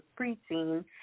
preteen